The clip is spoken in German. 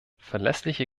verlässliche